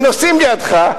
הם נוסעים לידך,